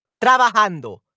trabajando